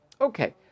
Okay